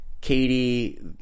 Katie